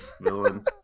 villain